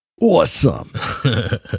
Awesome